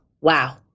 Wow